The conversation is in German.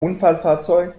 unfallfahrzeug